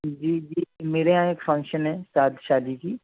جی جی میرے یہاں ایک فنکشن ہے شادی کی